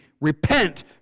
repent